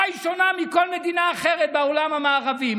במה היא שונה מכל מדינה אחרת בעולם המערבי?